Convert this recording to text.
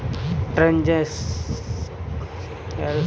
Transaction update के लिए mobile phone पर एस.एम.एस अलर्ट कैसे प्राप्त करें?